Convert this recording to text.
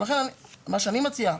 מה שאני מציע,